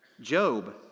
job